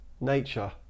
nature